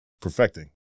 perfecting